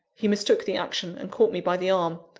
he mistook the action, and caught me by the arm,